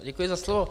Děkuji za slovo.